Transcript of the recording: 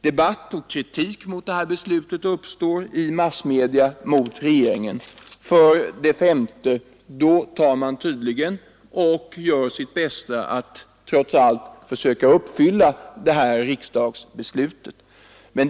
Debatt och kritik mot regeringen beträffande detta beslut uppstår i Kungl. Maj:t massmedia. 5. Regeringen försöker nu uppfylla riksdagsbeslutet.